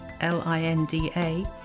L-I-N-D-A